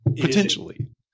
potentially